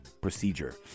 procedure